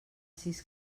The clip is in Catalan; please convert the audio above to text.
sis